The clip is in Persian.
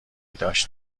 داشت